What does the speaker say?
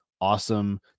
awesome